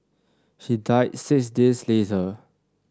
he died six days later